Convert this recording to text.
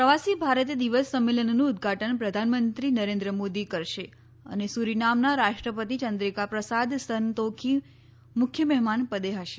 પ્રવાસી ભારતીય દિવસ સંમેલનનું ઉદધાટન પ્રધાનમંત્રી નરેન્દ્ર મોદી કરશે અને સૂરીનામનાં રાષ્ટ્રપતિ ચંદ્રિકા પ્રસાદ સનતોખી મુખ્ય મહેમાન પદે હશે